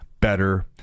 better